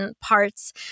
Parts